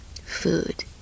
food